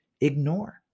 ignore